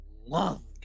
love